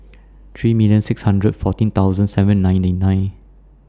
three million six hundred fourteen thousand seven ninety nine